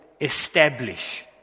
establish